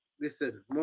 listen